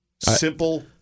Simple